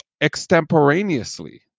extemporaneously